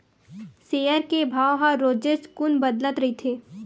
share के भाव ह रोजेच कुन बदलत रहिथे